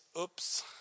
oops